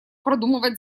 продумывать